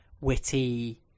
witty